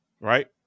right